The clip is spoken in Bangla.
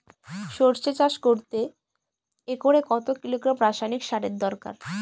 সরষে চাষ করতে একরে কত কিলোগ্রাম রাসায়নি সারের দরকার?